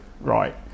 right